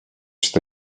jste